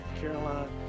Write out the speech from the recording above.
Caroline